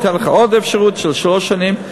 ניתן לך עוד אפשרות של שלוש שנים,